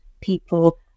people